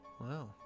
Wow